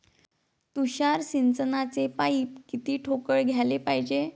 तुषार सिंचनाचे पाइप किती ठोकळ घ्याले पायजे?